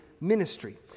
Ministry